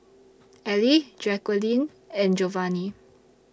Allie Jaquelin and Jovanny